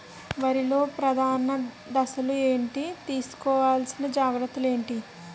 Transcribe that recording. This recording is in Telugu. వరిలో ప్రధాన దశలు ఏంటి? తీసుకోవాల్సిన జాగ్రత్తలు ఏంటి?